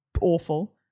awful